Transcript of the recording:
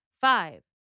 Five